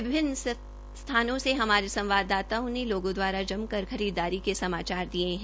विभिन्न जगहों से हमारे संवाददाताओं ने लोगों द्वारा जम कर खरीददारी के समाचार दिये है